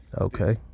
Okay